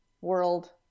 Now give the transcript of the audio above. world